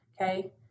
okay